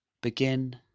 Begin